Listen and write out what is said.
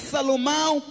Salomão